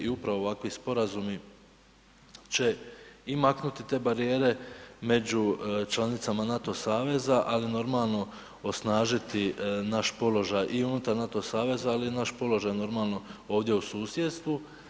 I upravo ovakvi sporazumi će i maknuti te barijere među članicama NATO saveza, ali normalno osnažiti i naš položaj unutar NATO saveza, ali i naš položaj ovdje u susjedstvu.